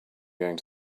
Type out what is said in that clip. going